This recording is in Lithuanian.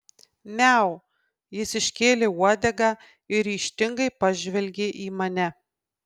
miau jis iškėlė uodegą ir ryžtingai pažvelgė į mane